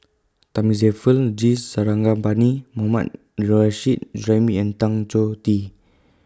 Thamizhavel G Sarangapani Mohammad Nurrasyid Juraimi and Tan Choh Tee